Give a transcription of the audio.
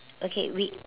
okay we